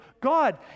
God